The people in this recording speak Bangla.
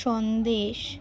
সন্দেশ